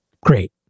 great